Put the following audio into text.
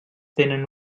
tenen